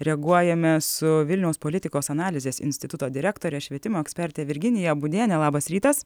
reaguojame su vilniaus politikos analizės instituto direktore švietimo eksperte virginija būdiene labas rytas